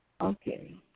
okay